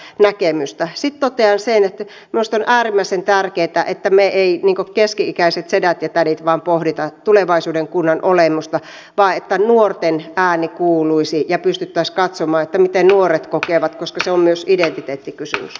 sitten totean sen että minusta on äärimmäisen tärkeätä että emme vain me keski ikäiset sedät ja tädit pohdi tulevaisuuden kunnan olemusta vaan että nuorten ääni kuuluisi ja pystyttäisiin katsomaan miten nuoret kokevat koska se on myös identiteettikysymys